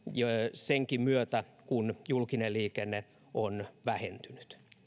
senkin myötä kun julkinen liikenne on vähentynyt